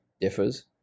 differs